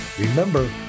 Remember